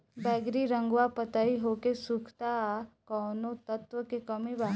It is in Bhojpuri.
बैगरी रंगवा पतयी होके सुखता कौवने तत्व के कमी बा?